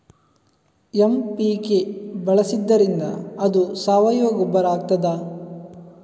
MPK ಬಳಸಿದ್ದರಿಂದ ಅದು ಸಾವಯವ ಗೊಬ್ಬರ ಆಗ್ತದ?